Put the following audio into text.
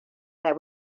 that